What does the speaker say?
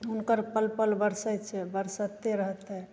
हुनकर पल पल बरसै छै बरसत्ते रहतै